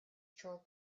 troll